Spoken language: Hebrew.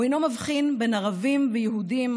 הוא אינו מבחין בין ערבים ויהודים,